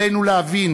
עלינו להבין